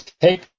take